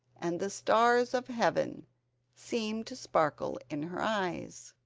and the stars of heaven seem to sparkle in her eyes.